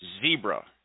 Zebra